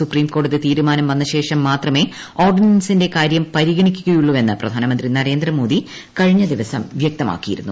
supreme കോടതി തീരുമാനം വന്ന ശേഷം മാത്രമേ ഓർഡിനൻസിന്റെ കാര്യം പരിഗണിക്കുകയുള്ളുവെന്ന് പ്രധാനമന്ത്രി നരേന്ദ്രമോദി കഴിഞ്ഞ ദിവസം വ്യക്തമാക്കിയിരുന്നു